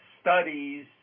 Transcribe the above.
studies